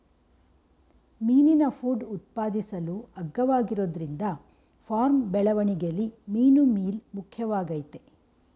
ಮೀನಿನ ಫುಡ್ ಉತ್ಪಾದಿಸಲು ಅಗ್ಗವಾಗಿರೋದ್ರಿಂದ ಫಾರ್ಮ್ ಬೆಳವಣಿಗೆಲಿ ಮೀನುಮೀಲ್ ಮುಖ್ಯವಾಗಯ್ತೆ